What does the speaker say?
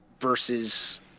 versus